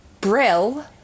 Brill